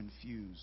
confused